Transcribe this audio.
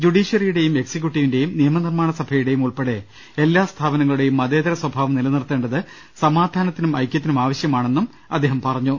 ജുഡീഷ്യറിയുടെയും എക്സിക്യു ട്ടീവിന്റെയും നിയമനിർമ്മാണസഭയുടെയും ഉൾപ്പെടെ എല്ലാ സ്ഥാപനങ്ങളുടെയും മതേതര സ്വഭാവം നില നിർത്തേണ്ടത് സമാധാനത്തിനും ഐക്യത്തിനും ആവ ശ്യമാണെന്നും അദ്ദേഹം പറഞ്ഞു